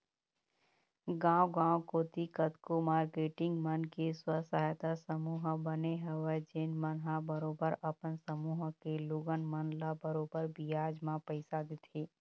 गाँव गाँव कोती कतको मारकेटिंग मन के स्व सहायता समूह बने हवय जेन मन ह बरोबर अपन समूह के लोगन मन ल बरोबर बियाज म पइसा देथे